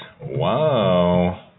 Wow